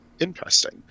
interesting